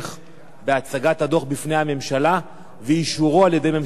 בהצגת הדוח בפני הממשלה ואישורו על-ידי ממשלת ישראל?